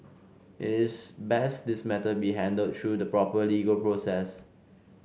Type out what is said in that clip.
it is best this matter be handled through the proper legal process